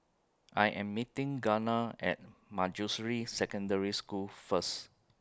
I Am meeting Gunnar At Manjusri Secondary School First